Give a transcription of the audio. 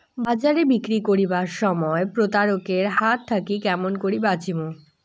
বাজারে বিক্রি করিবার সময় প্রতারক এর হাত থাকি কেমন করি বাঁচিমু?